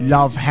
Love